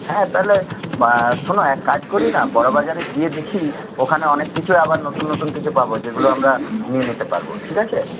হ্যাঁ তাহলে শোনো এক কাজ করি না বড় বাজারে গিয়ে দেখি ওখানে অনেক কিছুই আবার নতুন নতুন কিছু পাবো যেগুলো আমরা নিয়ে নিতে পারবো ঠিক আছে